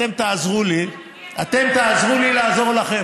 אתם תעזרו לי לעזור לכם,